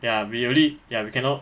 ya we only ya we cannot